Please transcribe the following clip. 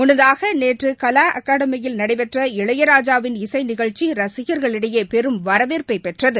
முன்னதாகநேற்றுகலாஅகடாமியில் நடைபெற்ற இளையராஜாவின் இசைநிகழ்ச்சிரசிகர்களிடையேபெரும் வரவேற்பைபெற்றது